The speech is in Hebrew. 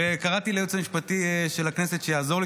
וקראתי לייעוץ המשפטי של הכנסת שיעזור לי,